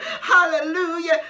Hallelujah